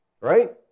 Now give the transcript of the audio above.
right